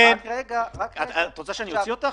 קרן, את רוצה שאוציא אותך?